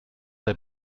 der